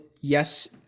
Yes